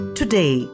today